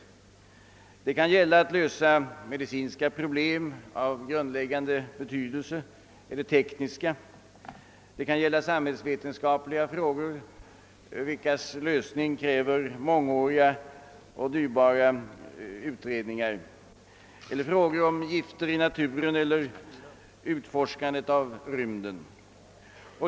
Det kan gälla medicinska eller tekniska problem av grundläggande betydelse eller det kan gälla samhällsvetenskapliga frågor vilkas lösning kräver mångåriga och dyrbara utredningar, det kan röra sig om sådant som utspridningen av gifter i naturen eller utforskandet av rymden.